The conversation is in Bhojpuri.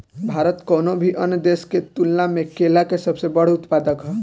भारत कउनों भी अन्य देश के तुलना में केला के सबसे बड़ उत्पादक ह